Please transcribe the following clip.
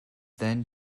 then